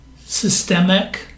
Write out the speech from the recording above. systemic